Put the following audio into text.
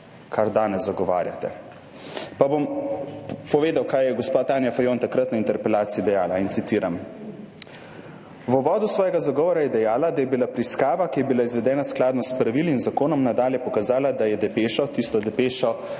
kar danes zagovarjate. Pa bom povedal, kaj je gospa Tanja Fajon takrat na interpelaciji dejala. Citiram. V uvodu svojega zagovora je dejala, da: »Je bila preiskava, ki je bila izvedena skladno s pravili in zakonom, nadalje pokazala, da je depešo,« tisto depešo,